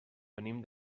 venim